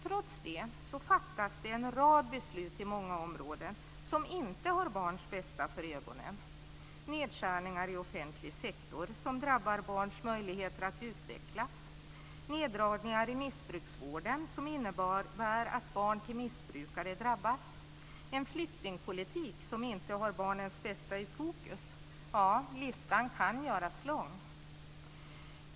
Trots detta fattas det en rad beslut på många områden som inte har barns bästa för ögonen: nedskärningar i offentlig sektor som drabbar barns möjligheter att utvecklas, neddragningar i missbruksvården som innebär att barn till missbrukare drabbas, en flyktingpolitik som inte har barnens bästa i fokus. Listan kan göras lång.